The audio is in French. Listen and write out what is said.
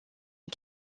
est